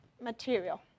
material